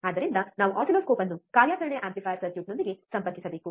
ಆದ್ದರಿಂದ ನಾವು ಆಸಿಲ್ಲೋಸ್ಕೋಪ್ ಅನ್ನು ಕಾರ್ಯಾಚರಣೆಯ ಆಂಪ್ಲಿಫಯರ್ ಸರ್ಕ್ಯೂಟ್ನೊಂದಿಗೆ ಸಂಪರ್ಕಿಸಬೇಕು